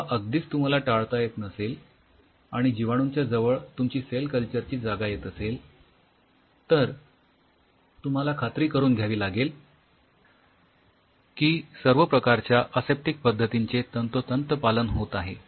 किंवा अगदीच तुम्हाला टाळता येत नसेल आणि जीवाणूंच्या जवळ तुमची सेल कल्चर ची जागा येत असेल तर तुम्हाला खात्री करून घ्यावी लागेल की सर्व प्रकारच्या असेप्टिक पध्दतींचे तंतोतंत पालन होत आहे